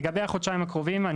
לגבי החודשיים הקרובים,